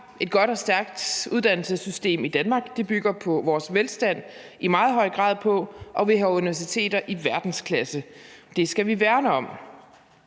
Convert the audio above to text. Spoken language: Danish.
et godt og stærkt uddannelsessystem i Danmark. Vores velstand bygger i meget høj grad på det, og vi har universiteter i verdensklasse, og det skal vi værne om.